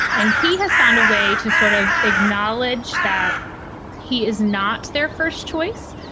and he has found a way to sort of acknowledge that he is not their first choice,